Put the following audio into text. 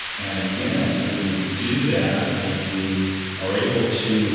and again, when you do that, when you are able to